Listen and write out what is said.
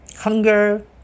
hunger